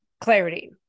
clarity